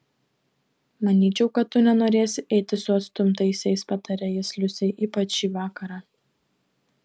manyčiau kad tu nenorėsi eiti su atstumtaisiais patarė jis liusei ypač šį vakarą